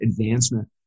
advancement